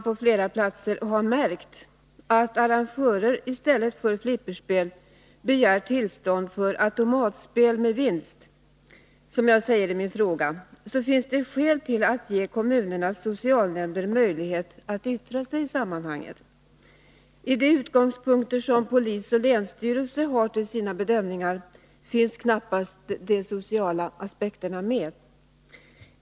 På flera platser har man nu märkt att arrangörer begär tillstånd till automatspel med vinst, i stället för flipperspel, som jag säger i min fråga, och därför finns det skäl att ge kommunernas socialnämnder möjlighet att yttra sig i det sammanhanget; i de utgångspunkter som polisen och länsstyrelsen har för sina bedömningar finns knappast de sociala aspekterna med.